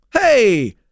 Hey